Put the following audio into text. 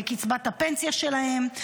בקצבת הפנסיה שלהם,